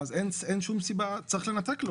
אז צריך לנתק לו.